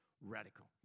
radical